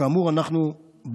שכאמור אנחנו בעדו,